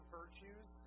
virtues